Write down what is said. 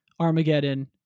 armageddon